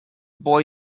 boy